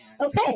Okay